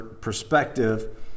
perspective